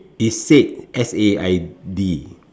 is said S A I D